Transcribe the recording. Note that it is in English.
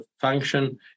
function